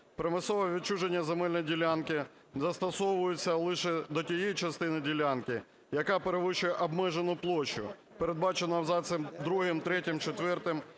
Примусове відчуження земельної ділянки застосовується лише до тієї частини ділянки, яка перевищує обмежену площу, передбачену абзацами другим, третім, четвертим